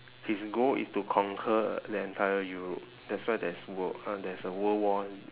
his goal is to conquer the entire europe that's why there's world uh there is a world war